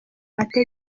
mategeko